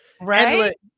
Right